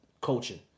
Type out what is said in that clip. coaching